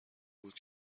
بود